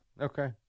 Okay